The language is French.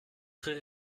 très